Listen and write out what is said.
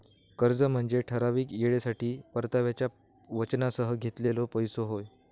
कर्ज म्हनजे ठराविक येळेसाठी परताव्याच्या वचनासह घेतलेलो पैसो होय